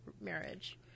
marriage